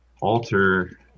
alter